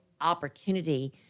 opportunity